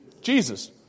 Jesus